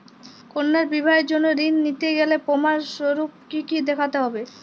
কন্যার বিবাহের জন্য ঋণ নিতে গেলে প্রমাণ স্বরূপ কী কী দেখাতে হবে?